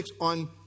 on